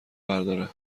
برداره